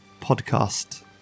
podcast